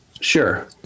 Sure